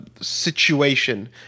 situation